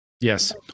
Yes